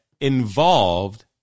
Involved